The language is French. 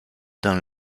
dans